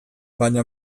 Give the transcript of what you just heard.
baina